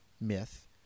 myth